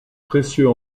précieux